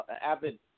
avid